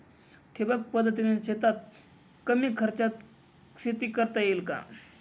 ठिबक पद्धतीने शेतात कमी खर्चात शेती करता येईल का?